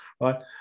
right